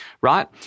right